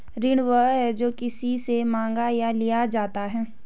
ऋण वह है, जो किसी से माँगा या लिया जाता है